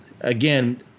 again